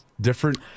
different